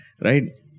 right